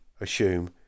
assume